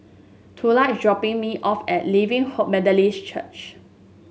Tula is dropping me off at Living Hope Methodist Church